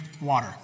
water